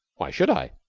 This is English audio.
why should i?